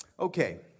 Okay